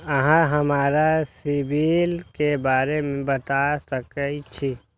अहाँ हमरा सिबिल के बारे में बता सके छी?